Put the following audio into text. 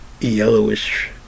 yellowish